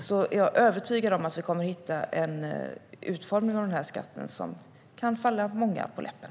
Jag är övertygad om att vi kommer att hitta en utformning av denna skatt som kan falla många på läppen.